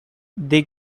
they